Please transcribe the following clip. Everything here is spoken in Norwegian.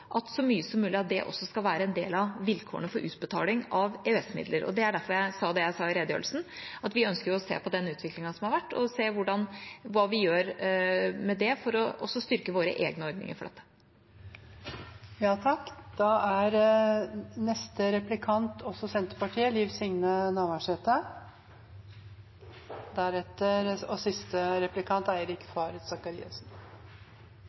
at så mye som mulig av det også skal være en del av vilkårene for utbetaling av EØS-midler. Det er derfor jeg sa det jeg sa i redegjørelsen, at vi ønsker å se på den utviklingen som har vært, og se hva vi gjør med det for å styrke våre egne ordninger for dette. Noreg er i sluttfasen av forhandlingar om handelsavtale med Storbritannia. I media kan me lese at tollfrie kvotar på fisk og